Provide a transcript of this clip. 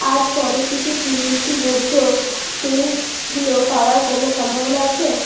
আজ পরের দিকে কি মিষ্টি ভোজ্য তেলগুলো পাওয়ার কোনো সম্ভাবনা আছে